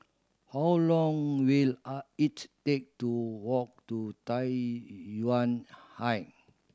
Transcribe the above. how long will I it take to walk to Tai Yuan High